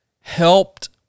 helped